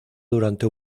durante